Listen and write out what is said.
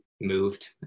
moved